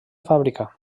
fàbrica